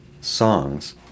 songs